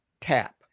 Tap